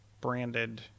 branded